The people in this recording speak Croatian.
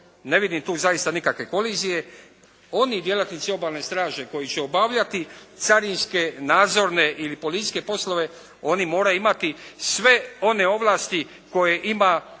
ne vidim tu zaista nikakve kolizije. Oni djelatnici obalne straže koji će obavljati carinske, nadzorne ili policijske poslove, oni moraju imati sve one ovlasti koje ima